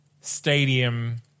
stadium